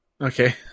Okay